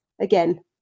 again